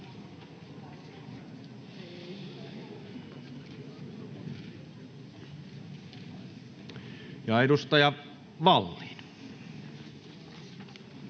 Edustaja Vallin.